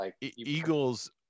Eagles